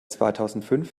zweitausendfünf